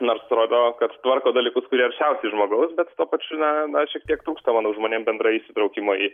nors rodo kad tvarko dalykus kurie arčiausiai žmogaus bet tuo pačiu na šiek tiek trūksta manau žmonėm bendrai įsitraukimo